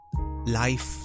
life